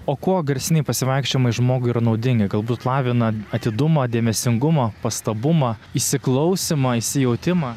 o kuo garsiniai pasivaikščiojimai žmogui yra naudingi galbūt lavina atidumą dėmesingumą pastabumą įsiklausymą įsijautimą